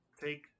take